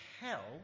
hell